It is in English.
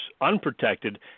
unprotected